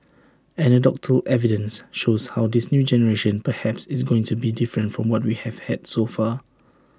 anecdotal evidence shows how this new generation perhaps is going to be different from what we have had so far